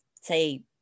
say